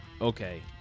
Okay